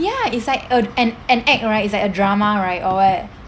ya it's like a an an act right it's like a drama right or what